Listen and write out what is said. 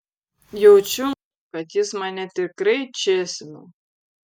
jaučiu kad jis mane tikrai čėsina